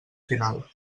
final